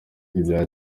ibya